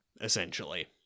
essentially